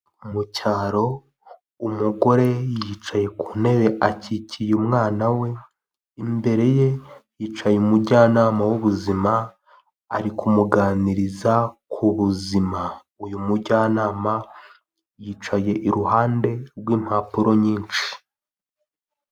Mu cyaro umugore yicaye ku ntebe akikiye umwana we imbere ye hicaye umujyanama w'ubuzima ari kumuganiriza ku buzima, uyu mujyanama yicaye iruhande rw'impapuro nyinshi.